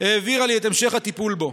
העבירה לי את המשך הטיפול בו.